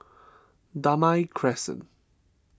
Damai Crescent